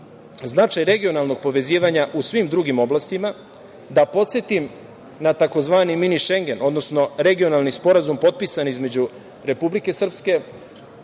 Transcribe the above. značaj regionalnog povezivanja u svim drugim oblastima, da podsetim na tzv. Mini šengen, regionalni sporazum potpisan između Republike Srbije,